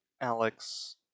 Alex